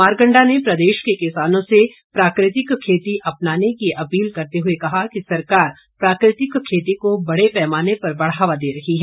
मारकंडा ने प्रदेश के किसानों से प्राकृतिक खेती अपनाने की अपील करते हुए कहा कि सरकार प्राकृतिक खेती को बड़े पैमाने पर बढ़ावा दे रही है